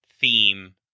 theme